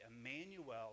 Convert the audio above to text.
Emmanuel